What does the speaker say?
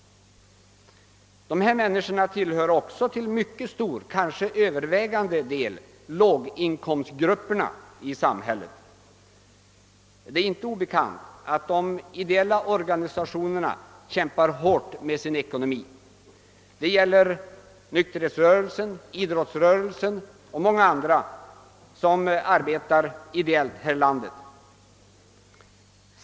Dessa människor tillhör också till mycket stor, kanske övervägande del låginkomstgrupperna i samhället. Det är inte obekant att de ideella organisationerna för en hård kamp för sin ekonomi — det gäller nykterhetsrörelsen, idrottsrörelsen och många andra organisationer som arbetar ideellt.